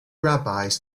rabbis